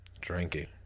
drinking